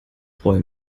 freue